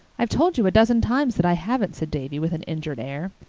i've told you a dozen times that i haven't, said davy, with an injured air.